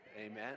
Amen